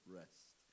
rest